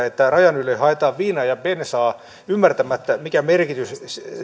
että rajan yli haetaan viinaa ja bensaa ymmärtämättä mikä merkitys